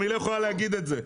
היא לא יכולה להגיד את זה.